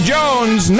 Jones